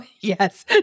Yes